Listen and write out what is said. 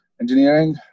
engineering